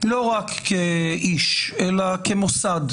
לא רק כאיש אלא כמוסד.